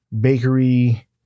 bakery